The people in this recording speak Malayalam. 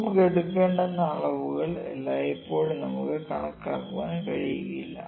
നമുക്ക് എടുക്കേണ്ട അളവുകൾ എല്ലായ്പ്പോഴും നമുക്കു കണക്കാക്കാൻ കഴിയില്ല